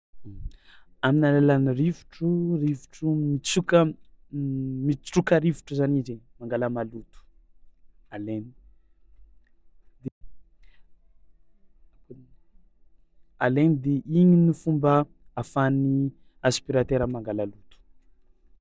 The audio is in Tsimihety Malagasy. Amin'ny alalan'ny rivotro rivotro mitsoka mitsoka rivotro zany izy e mangala maloto alainy de alainy de igny ny fomba ahafahan'ny aspiratera mangala loto.